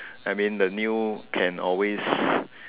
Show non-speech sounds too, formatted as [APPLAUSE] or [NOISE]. I mean the new can always [BREATH]